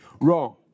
wrong